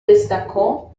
destacó